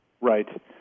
Right